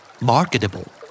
Marketable